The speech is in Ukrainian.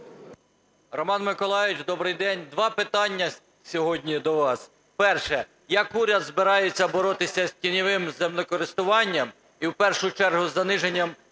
Романе Миколайовичу, добрий день! Два питання сьогодні до вас. Перше. Як уряд збирається боротися з тіньовим землекористуванням, і в першу чергу з заниженням